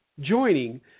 joining